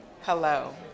hello